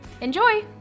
Enjoy